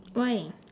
why